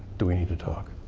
do we need to talk?